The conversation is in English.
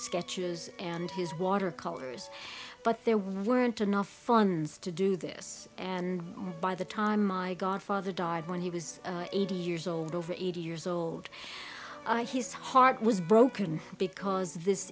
sketches and his watercolors but there weren't enough funds to do this and by the time my godfather died when he was eighty years old over eighty years old his heart was broken because this